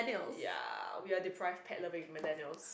ya we are deprived pet loving Millennials